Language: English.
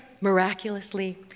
miraculously